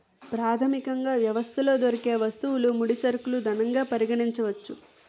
ప్రాథమికంగా వ్యవస్థలో దొరికే వస్తువులు ముడి సరుకులు ధనంగా పరిగణించవచ్చు